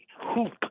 hoop